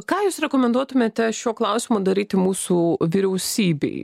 ką jūs rekomenduotumėte šiuo klausimu daryti mūsų vyriausybei